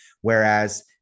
Whereas